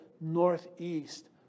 northeast